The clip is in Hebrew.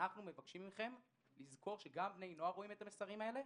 אנחנו מבקשים מכם לזכור שגם בני הנוער רואים את המסרים האלה,